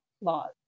laws